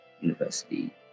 university